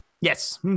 Yes